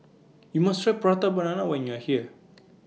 YOU must Try Prata Banana when YOU Are here